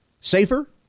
safer